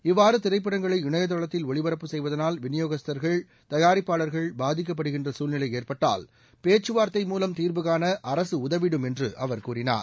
இவ்வாறு திரைப்படங்களை இணையதளத்தில் ஒளிபரப்பு செய்வதனால் விநியோகஸ்தா்கள் தயாரிப்பாளர்கள் பாதிக்கப்படுகின்ற சூழ்நிலை ஏற்பட்டால் பேச்சுவார்த்தை மூலம் தீர்வுகாண அரசு உதவிடும் என்று அவர் கூறினார்